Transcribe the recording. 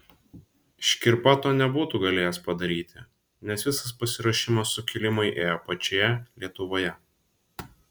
škirpa to nebūtų galėjęs padaryti nes visas pasiruošimas sukilimui ėjo pačioje lietuvoje